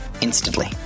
instantly